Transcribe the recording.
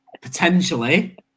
potentially